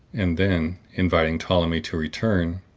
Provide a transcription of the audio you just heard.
and then, inviting ptolemy to return,